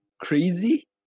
crazy